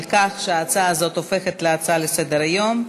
כך שההצעה הזאת הופכת להצעה לסדר-היום,